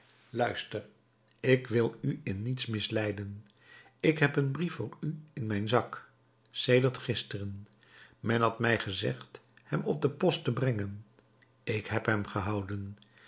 luister ik wil u in niets misleiden ik heb een brief voor u in mijn zak sedert gisteren men had mij gezegd hem op de post te brengen ik heb hem gehouden